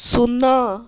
ଶୂନ